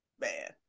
man